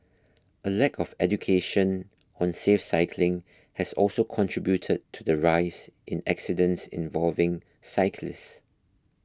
a lack of education on safe cycling has also contributed to the rise in accidents involving cyclists